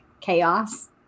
chaos